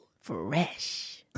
Fresh